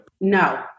No